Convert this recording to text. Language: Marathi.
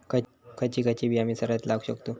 खयची खयची बिया आम्ही सरायत लावक शकतु?